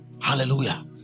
hallelujah